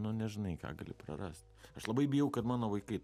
nu nežinai ką gali prarast aš labai bijau kad mano vaikai